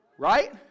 Right